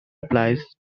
applies